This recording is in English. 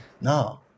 No